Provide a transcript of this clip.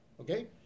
Okay